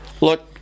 Look